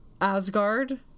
Asgard